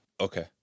Okay